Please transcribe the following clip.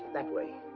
that way.